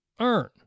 earn